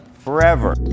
Forever